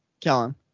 Kellen